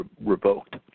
revoked